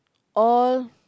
all